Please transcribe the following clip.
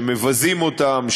שמבזים אותם,